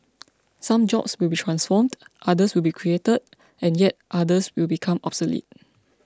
some jobs will be transformed others will be created and yet others will become obsolete